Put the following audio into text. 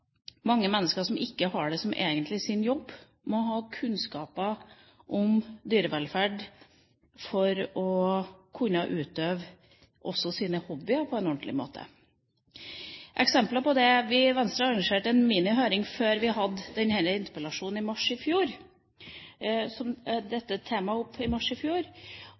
mange mennesker som egentlig ikke har det som sin jobb, må ha kunnskap om dyrevelferd for å kunne utøve også sine hobbyer på en ordentlig måte. Eksempler på det: Vi i Venstre arrangerte en minihøring før vi hadde dette temaet oppe i mars i fjor,